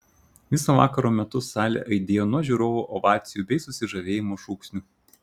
viso vakaro metu salė aidėjo nuo žiūrovų ovacijų bei susižavėjimo šūksnių